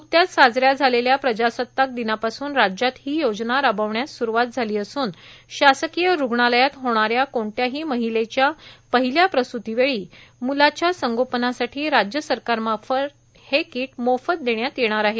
नुकत्याच साजऱ्या झालेल्या प्रजासत्ताक दिनापासून राज्यात ही योजना राबविण्यास स्रुवात झाली असून शासकीय रुग्णालयात होणाऱ्या कोणत्याही महिलेच्या पहिल्या प्रस्तीवेळी मुलांच्या संगोपनासाठी राज्य सरकारमार्फत हे कीट मोफत देण्यात येणार आहे